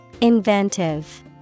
Inventive